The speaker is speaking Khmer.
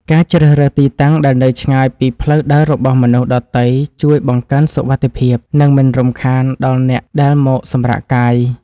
ការជ្រើសរើសទីតាំងដែលនៅឆ្ងាយពីផ្លូវដើររបស់មនុស្សដទៃជួយបង្កើនសុវត្ថិភាព និងមិនរំខានដល់អ្នកដែលមកសម្រាកកាយ។